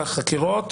בחקירות,